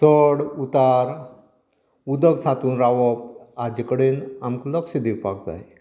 चड उतार उदक सांठून रावप हाजे कडेन आमकां लक्ष दिवपाक जाय